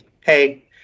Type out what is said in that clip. hey